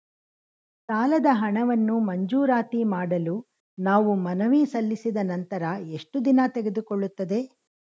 ಸಾಲದ ಹಣವನ್ನು ಮಂಜೂರಾತಿ ಮಾಡಲು ನಾವು ಮನವಿ ಸಲ್ಲಿಸಿದ ನಂತರ ಎಷ್ಟು ದಿನ ತೆಗೆದುಕೊಳ್ಳುತ್ತದೆ?